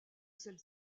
celle